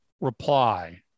reply